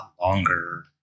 longer